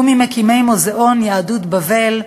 הוא ממקימי מוזיאון יהדות בבל,